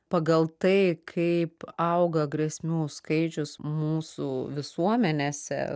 pagal tai kaip auga grėsmių skaičius mūsų visuomenėse